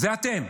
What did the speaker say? זה אתם.